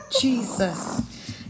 Jesus